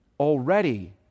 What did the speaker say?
Already